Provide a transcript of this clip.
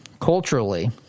culturally